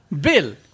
Bill